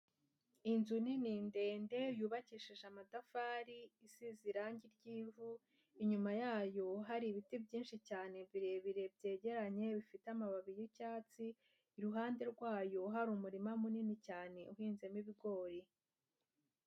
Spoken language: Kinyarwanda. Inzu nini ndende yubakishije amatafari, isize irangi ry'ivu, inyuma yayo hari ibiti byinshi cyane birebire byegeranye bifite amababi y'icyatsi, iruhande rwayo hari umurima munini cyane uhinzemo ibigori.